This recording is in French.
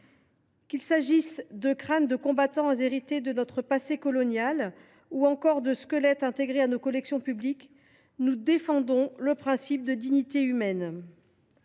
Qu’il s’agisse de crânes de combattants hérités de notre passé colonial ou encore de squelettes intégrés à nos collections publiques, nous défendons le principe de la dignité humaine.